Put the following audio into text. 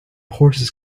horses